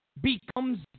becomes